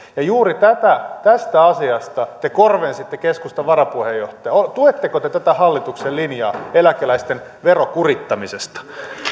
ja juuri tästä asiasta te korvensitte keskustan varapuheenjohtajaa niin tuetteko te tätä hallituksen linjaa eläkeläisten verokurittamisesta